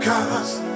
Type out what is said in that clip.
Cause